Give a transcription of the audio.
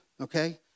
okay